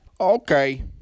Okay